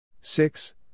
six